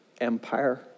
empire